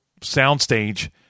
soundstage